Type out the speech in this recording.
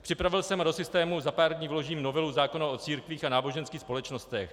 Připravil jsem a do systému za pár dní vložím novelu zákona o církvích a náboženských společnostech.